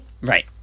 Right